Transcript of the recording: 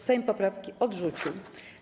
Sejm poprawki odrzucił.